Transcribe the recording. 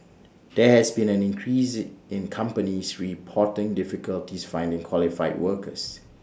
there has been an increase in companies reporting difficulties finding qualified workers